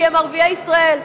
כי הם ערביי ישראל.